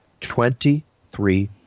Twenty-three